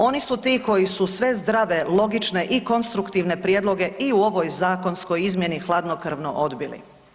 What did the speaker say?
Oni su ti koji su sve zdrave, logične i konstruktivne prijedloge i u ovoj zakonskoj izmjeni hladnokrvno odbili.